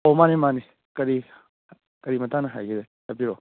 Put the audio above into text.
ꯑꯣ ꯃꯥꯅꯦ ꯃꯥꯅꯦ ꯀꯔꯤ ꯀꯔꯤ ꯃꯇꯥꯡꯗ ꯍꯥꯏꯒꯦ ꯍꯥꯏꯕꯤꯔꯛꯑꯣ